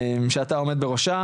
שאתה עומד בראשה.